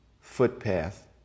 footpath